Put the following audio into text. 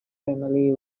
family